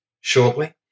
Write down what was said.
shortly